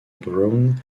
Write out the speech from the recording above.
brown